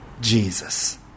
Jesus